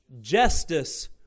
justice